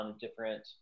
different –